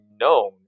known